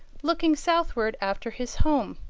looking southwards after his home.